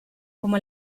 como